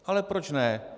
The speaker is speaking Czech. Ale proč ne?